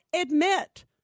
admit